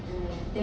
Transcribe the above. mm